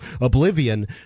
oblivion